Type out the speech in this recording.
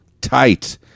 tight